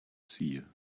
seer